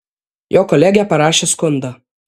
jo kolegė parašė skundą